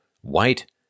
white